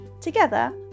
Together